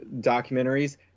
documentaries